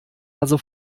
also